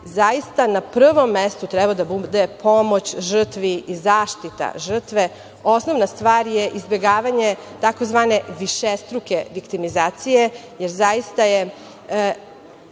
zaista na prvom mestu treba da bude pomoć žrtvi i zaštita žrtve. Osnovna stvar je izbegavanje tzv. višestruke viktimizacije, jer zaista je